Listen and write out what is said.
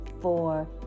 four